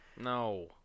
No